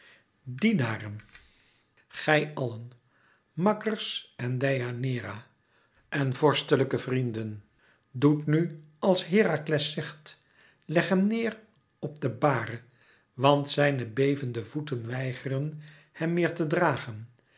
dienaren gij allen makkers en deianeira en vorstelijke vrienden doet nu als herakles zegt legt hem neêr op de bare want zijne bevende voeten weigeren hem meer te dragen